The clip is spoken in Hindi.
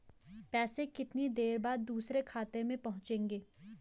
पैसे कितनी देर बाद दूसरे खाते में पहुंचेंगे?